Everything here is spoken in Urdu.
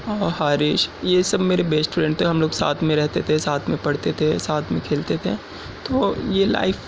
حارث یہ سب میرے بیسٹ فرینڈ تھے ہم سب ساتھ میں رہتے تھے ساتھ میں پڑھتے تھے ساتھ میں کھیلتے تھے تو یہ لائف